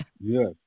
Yes